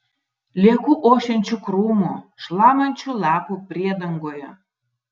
lieku ošiančių krūmų šlamančių lapų priedangoje